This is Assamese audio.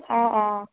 অ অ